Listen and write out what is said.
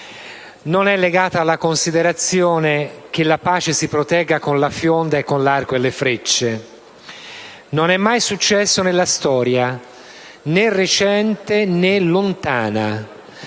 non è legata alla considerazione che la pace si protegge con la fionda o con l'arco e le frecce. Non è mai successo nella storia, né recente, né lontana: